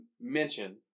mention